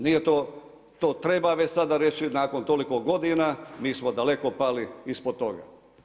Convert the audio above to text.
Nije to, to treba već sada reći nakon toliko godina mi smo daleko pali ispod toga.